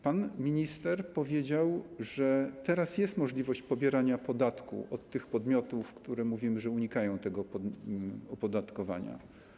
Pan minister powiedział, że teraz jest możliwość pobierania podatku od tych podmiotów, o których mówimy, że unikają tego opodatkowania.